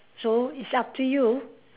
so it's up to you